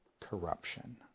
corruption